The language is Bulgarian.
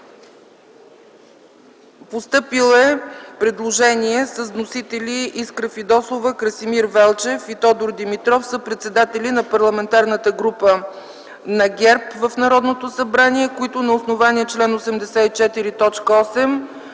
Постъпило е предложение с вносители Искра Фидосова, Красимир Велчев и Тодор Димитров – съпредседатели на Парламентарната група на ГЕРБ в Народното събрание, които на основание чл. 84,